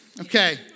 Okay